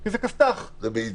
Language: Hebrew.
זה ביידיש.